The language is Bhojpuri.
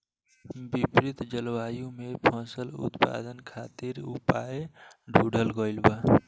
विपरीत जलवायु में फसल उत्पादन खातिर उपाय ढूंढ़ल गइल बा